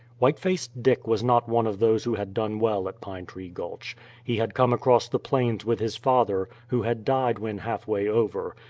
white faced dick was not one of those who had done well at pine tree gulch he had come across the plains with his father, who had died when halfway over,